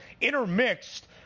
intermixed